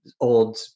old